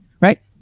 right